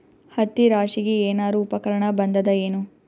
ಹತ್ತಿ ರಾಶಿಗಿ ಏನಾರು ಉಪಕರಣ ಬಂದದ ಏನು?